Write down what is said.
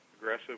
aggressive